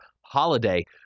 holiday